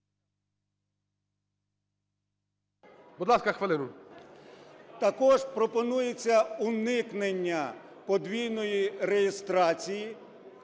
Також пропонується уникнення подвійної реєстрації,